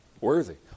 Worthy